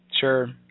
Sure